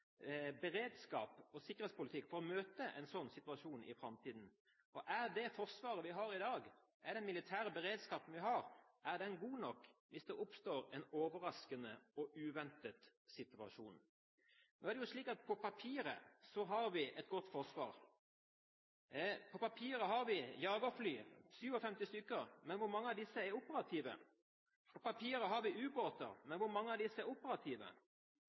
beredskap og sikkerhetspolitikk for å møte en slik situasjon i framtiden? Er det forsvaret vi har i dag, med den militære beredskapen vi har, godt nok hvis det oppstår en overraskende og uventet situasjon? På papiret har vi et godt forsvar. På papiret har vi jagerfly, 57 stykker. Men hvor mange av disse er operative? På papiret har vi ubåter. Men hvor mange av disse er operative?